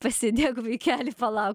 pasėdėk vaikeli palauk